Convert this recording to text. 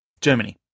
Germany